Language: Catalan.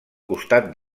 costat